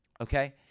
Okay